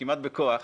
כמעט בכוח,